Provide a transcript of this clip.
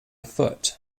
foot